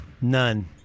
None